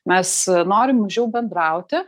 mes norim mažiau bendrauti